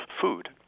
food